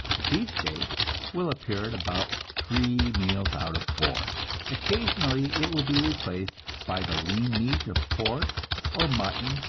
the beefsteak will appear at about three meals out of four occasionally it will be replaced by the lean meat of pork or mutton,